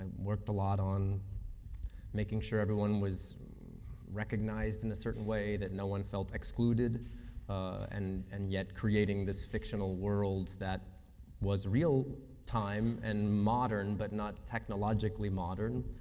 and worked a lot on making sure everyone was recognized in a certain way, that no one felt excluded and and yet, creating this fictional world that was real time and modern but not technologically modern.